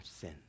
sin